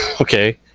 Okay